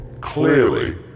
clearly